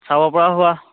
চাব পৰা হোৱা